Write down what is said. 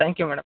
thank you madam